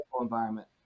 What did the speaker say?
environment